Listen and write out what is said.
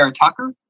Tucker